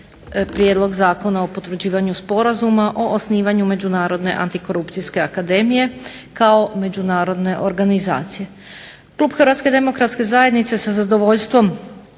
prijedlog Zakona o potvrđivanju Sporazuma o osnivanju međunarodne antikorupcijske akademije kao međunarodne organizacije. Klub HDZ-a će sa zadovoljstvom